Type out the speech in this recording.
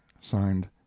signed